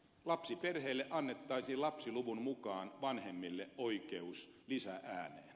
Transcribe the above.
lapsiperheille annettaisiin lapsiluvun mukaan vanhemmille oikeus lisä ääneen